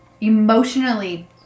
emotionally